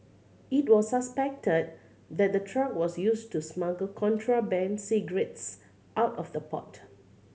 it was suspected that the truck was used to smuggle contraband cigarettes out of the port